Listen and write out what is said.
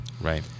Right